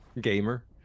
Gamer